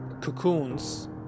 cocoons